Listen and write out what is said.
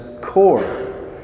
core